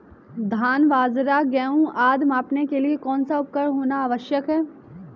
धान बाजरा गेहूँ आदि को मापने के लिए कौन सा उपकरण होना आवश्यक है?